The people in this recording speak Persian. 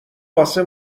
واسه